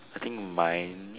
I think mine